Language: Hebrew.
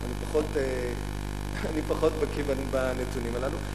אני פחות בקי בנתונים הללו,